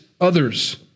others